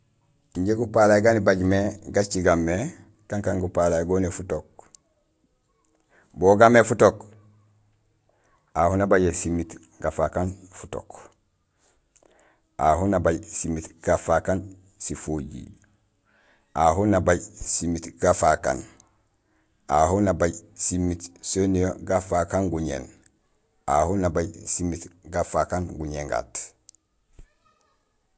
Injé gupalay gan ibaaj mé gacigaam mé kankaan gupalay goniye futook. Bugo gaamé futook, ahu nabajé simiit gafaak aan futook, ahu nabajsimiit gafaak aan sifojiir, ahu nabaj simiit gafaak aan, ahu nabaj simiit soniye gafaak aan guñéén, ahu nabaj simiit gafaak aan guñéén gaat.